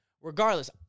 Regardless